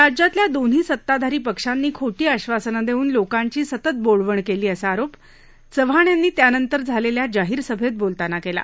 राज्यातल्या दोन्ही सत्ताधारी पक्षांनी खोटी आश्वासनं देऊन लोकांची सतत बोळवण केली असा आरोप चव्हाण यांनी त्यानंतर झालेल्या जाहीर सभेत बोलतांना केला